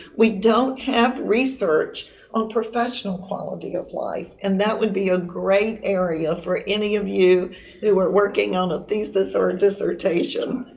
we don't have research on professional quality of life and that would be a great area for any of you who are working on a thesis or dissertation.